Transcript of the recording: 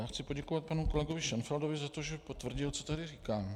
Já chci poděkovat panu kolegovi Šenfeldovi za to, že potvrdil, co tady říkám.